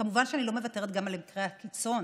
כמובן שאני לא מוותרת גם על מקרי הקיצון,